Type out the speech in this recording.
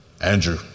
Andrew